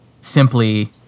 simply